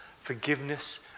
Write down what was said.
Forgiveness